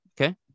okay